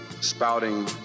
spouting